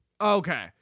Okay